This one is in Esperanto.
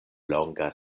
longa